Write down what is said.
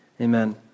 Amen